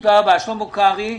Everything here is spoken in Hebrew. שלמה קרעי.